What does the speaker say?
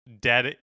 dead